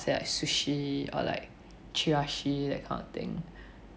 say like sushi or like chirashi that kind of thing